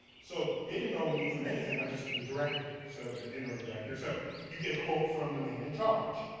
so, they didn't know me from anything, i'm just the director, so the interim director, so you get a quote from the man in charge.